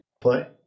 play